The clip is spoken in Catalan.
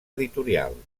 editorial